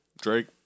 Drake